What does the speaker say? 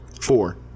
Four